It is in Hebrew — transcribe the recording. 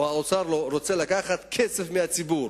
או שהאוצר רוצה לקחת כסף מהציבור.